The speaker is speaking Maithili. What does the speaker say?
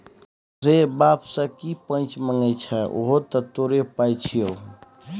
रे बाप सँ की पैंच मांगय छै उहो तँ तोरो पाय छियौ